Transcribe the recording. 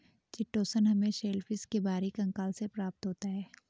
chitosan हमें shellfish के बाहरी कंकाल से प्राप्त होता है